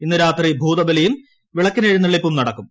ഇന്നു രാത്രി ഭൂതബലിയും വിളക്കിനെഴി ന്നെള്ളിപ്പും നടക്കും